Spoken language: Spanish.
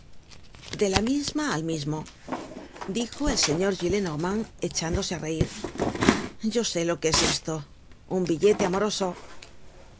be la misma al mismo dijo el señor gillenormand echándose á reir yo sé lo que es esto un billete amoroso ah